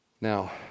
Now